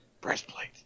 Breastplate